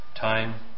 time